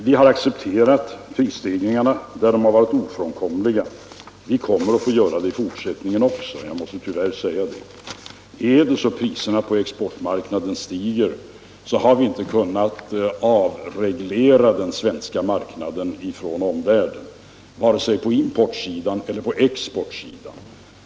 Vi har accepterat prisstegringarna där de har varit ofrånkomliga. Vi kommer att få göra det i fortsättningen också — jag måste tyvärr säga det. Är det så att priserna på exportmark 163 naden stiger, har vi inte kunnat avregla den svenska marknaden från omvärlden, vare sig på importeller exportsidan.